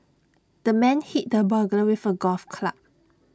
the man hit the burglar with A golf club